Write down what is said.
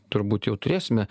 turbūt jau turėsime